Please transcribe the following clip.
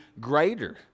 greater